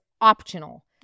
optional